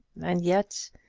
and yet,